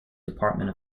department